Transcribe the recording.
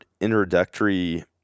introductory